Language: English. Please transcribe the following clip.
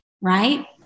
right